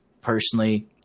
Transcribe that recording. personally